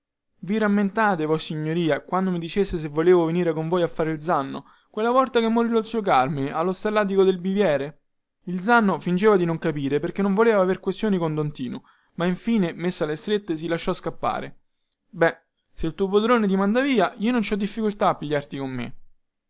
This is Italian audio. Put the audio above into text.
vi rammentate vossignoria quando mi diceste se volevo venire con voi a fare il zanno quella volta che morì lo zio carmine allo stallatico del biviere il zanno fingeva di non capire perchè non voleva aver questioni con don tinu ma infine messo alle strette si lasciò scappare be se il tuo padrone ti manda via io non ci ho difficoltà a pigliarti con me